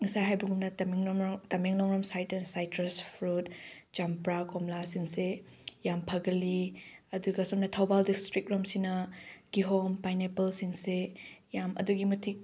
ꯉꯁꯥꯏ ꯍꯥꯏꯕꯒꯨꯝꯅ ꯇꯃꯦꯡꯂꯣꯡ ꯔꯣꯝ ꯁꯥꯏꯠꯇ꯭ꯔꯁ ꯐ꯭ꯔꯨꯠ ꯆꯝꯄ꯭ꯔꯥ ꯀꯣꯝꯂꯥꯁꯤꯡꯁꯦ ꯌꯥꯝ ꯐꯥꯒꯜꯂꯤ ꯑꯗꯨꯒ ꯁꯣꯝꯗ ꯊꯧꯕꯥꯜ ꯗꯤꯁꯇ꯭ꯔꯤꯛꯔꯣꯝꯁꯤꯅ ꯀꯤꯍꯣꯝ ꯄꯥꯏꯅꯦꯄꯜꯁꯤꯡꯁꯦ ꯌꯥꯝ ꯑꯗꯨꯛꯀꯤ ꯃꯇꯤꯛ